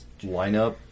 lineup